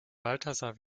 balthasar